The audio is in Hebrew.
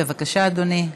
בבקשה, אדוני,